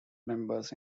members